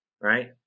Right